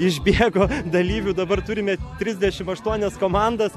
išbėgo dalyvių dabar turime trisdešimt aštuonias komandas